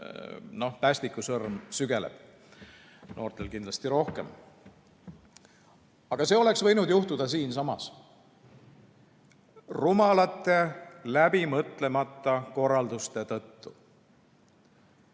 et päästikusõrm sügeleb noortel kindlasti rohkem. Aga see oleks võinud juhtuda ka siinsamas – rumalate, läbimõtlemata korralduste tõttu.